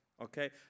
okay